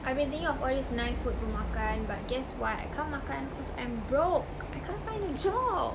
I've been thinking of all these nice food to makan but guess what I can't makan cause I'm broke I can't find a job